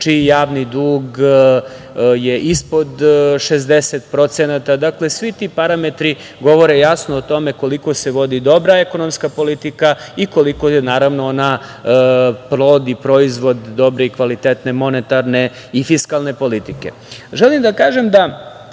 čiji javni dug je ispod 60%.Dakle, svi ti parametri govore jasno o tome koliko se vodi dobra ekonomska politika i koliko je, naravno, ona plod i proizvod dobre i kvalitetne monetarne i fiskalne politike. Želim da kažem da